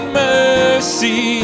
mercy